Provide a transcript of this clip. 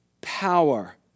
power